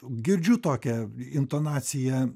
girdžiu tokią intonaciją